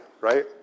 right